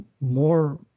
more